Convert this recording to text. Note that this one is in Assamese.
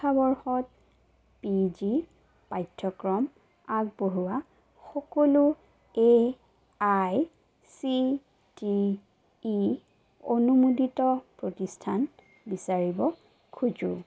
শিক্ষাবৰ্ষত পি জি পাঠ্যক্ৰম আগবঢ়োৱা সকলো A I C T E অনুমোদিত প্ৰতিষ্ঠান বিচাৰিব খোজোঁ